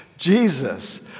Jesus